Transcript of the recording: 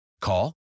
Call